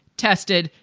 tested,